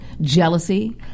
jealousy